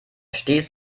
stets